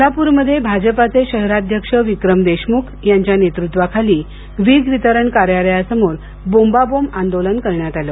सोलापूरमध्ये भाजपाचे शहराध्यक्ष विक्रम देशमुख यांच्या नेतृत्वाखाली वीज वितरण कार्यालया समोर बोंबाबोंब आंदोलन करण्यात आले